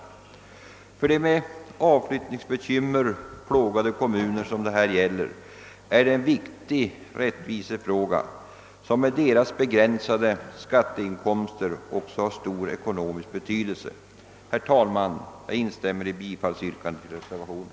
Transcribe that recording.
För de av avflyttningsbekymmer plågade kommuner som det här gäller är detta en viktig rättvisefråga som med deras begränsade skatteinkomster också har stor ekonomisk betydelse. Herr talman! Jag instämmer i yrkandet om bifall till reservationen.